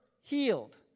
healed